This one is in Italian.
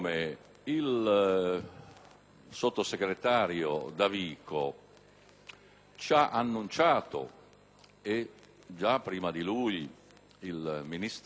ha annunciato, come già prima di lui il ministro Maroni, che nella Carta delle autonomie andremo ad